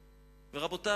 ההפרדה,